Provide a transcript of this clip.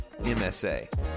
MSA